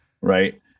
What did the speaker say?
right